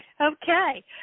Okay